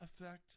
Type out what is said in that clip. effect